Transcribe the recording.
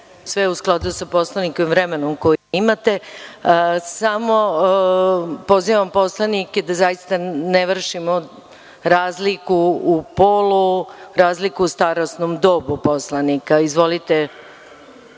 Sve u skladu sa Poslovnikom i vremenom koje imate. Pozivam poslanike da zaista ne vršimo razliku u polu, razliku u starosnom dobu poslanika. Izvolite.